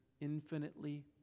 infinitely